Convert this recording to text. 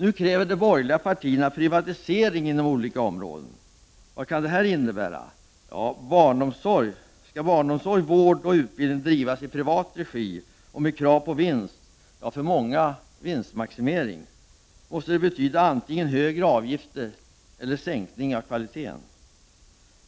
Nu kräver de borgerliga partierna privatisering inom olika områden. Vad kan det innebära? Ja, skall barnomsorg, vård och utbildning drivas i privat regi och med krav på vinst — ja, för många med vinstmaximering — måste det betyda antingen högre avgifter eller sänkning av kvaliteten.